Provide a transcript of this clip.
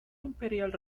imperial